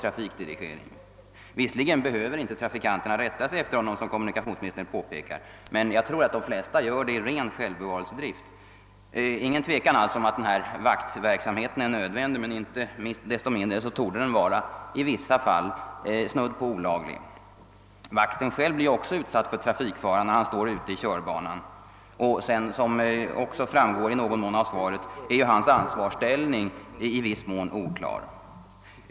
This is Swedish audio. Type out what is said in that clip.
Trafikanterna behöver visserligen inte rätta sig efter vakternas anvisningar — det har också kommunikationsministern påpekat — men jag tror ändå att de flesta gör det av ren självbevarelsedrift. Det råder ingen tvekan om att vakterna är nödvändiga. Men inte desto mindre torde deras verksamhet i vissa fall snudda vid olaglig dirigering. Vakten själv blir också utsatt för trafikfara när han står ute i körbanan. Som framgår av svaret är även hans ansvarsställning ganska oklar.